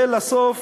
ולבסוף,